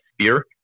sphere